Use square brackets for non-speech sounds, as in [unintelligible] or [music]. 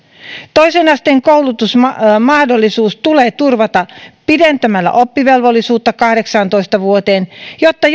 toisen asteen koulutuksen mahdollisuus tulee turvata pidentämällä oppivelvollisuutta kahdeksaantoista vuoteen jotta [unintelligible]